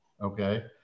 Okay